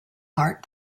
heart